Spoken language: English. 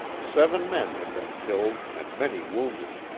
seven men had been killed and many wounded.